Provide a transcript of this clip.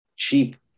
cheap